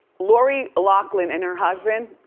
lori loughlin and her husband,